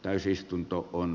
täysistunto on